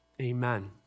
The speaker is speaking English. amen